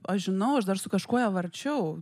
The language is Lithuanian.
aš žinau aš dar su kažkuo ją varčiau